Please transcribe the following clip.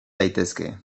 daitezke